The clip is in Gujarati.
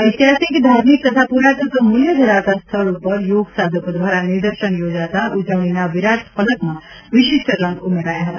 ઐતિહાસિક ધાર્મિક તથા પુરાતત્વ મૂલ્ય ધરાવતા સ્થળ ઉપર યોગસાધકો દ્વારા નિદર્શન યોજાતા ઉજવણીના વિરાટ ફલકમાં વિશિષ્ટ રંગ ઉમેરાયા હતા